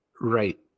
Right